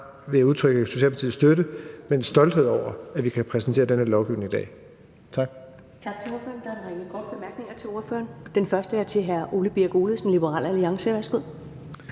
bare udtrykke Socialdemokratiets støtte, men stolthed over, at vi kan præsentere den her lovgivning i dag.